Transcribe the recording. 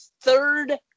third